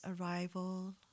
arrival